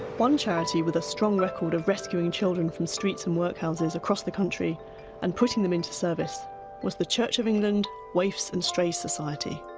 one charity with a strong record of rescuing children from streets and workhouses across the country and putting them into service was the church of england waifs and stray society.